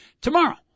tomorrow